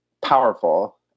powerful